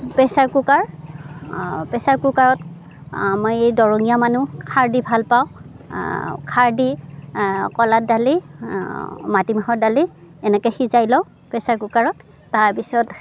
pressure cooker pressure কুকাৰত মই দৰঙীয়া মানুহ খাৰ দি ভালপাওঁ খাৰ দি কলা দালি মাটিমাহৰ দালি এনেকৈ সিজাই লওঁ প্ৰেচাৰ কুকাৰত তাৰপিছত